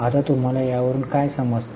आता तुम्हाला त्यावरून काय समजते